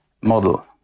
model